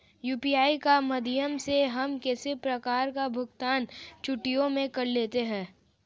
UPI के माध्यम से हम किसी प्रकार का भुगतान चुटकियों में कर लेते हैं